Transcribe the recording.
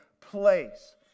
place